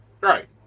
Right